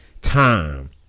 time